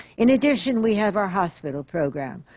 in addition, we have our hospital program,